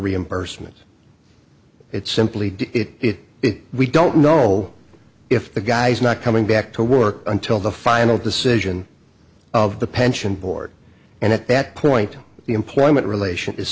reimbursement it's simply it we don't know if the guy's not coming back to work until the final decision of the pension board and at that point the employment relation is